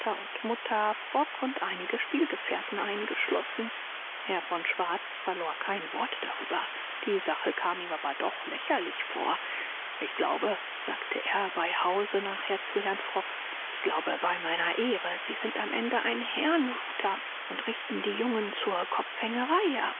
und mutter frock und einige spielgefährten eingeschlossen herr von schwarz verlor kein wort darüber die sache kam ihm aber doch lächerlich vor ich glaube sagte er bei hause nachher zu herrn frock ich glaube bei meiner ehre sie sind am ende ein herrnhuter und richten die jungen zur